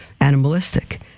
animalistic